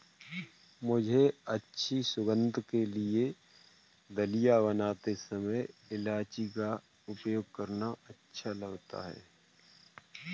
मुझे अच्छी सुगंध के लिए दलिया बनाते समय इलायची का उपयोग करना अच्छा लगता है